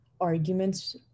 arguments